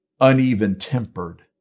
uneven-tempered